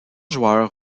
joueurs